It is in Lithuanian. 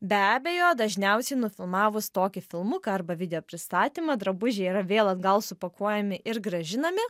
be abejo dažniausiai nufilmavus tokį filmuką arba video pristatymą drabužiai yra vėl atgal supakuojami ir grąžinami